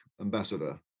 ambassador